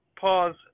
pause